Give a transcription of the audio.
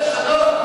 שלום?